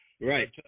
Right